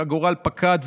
שהגורל פקד,